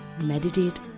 meditate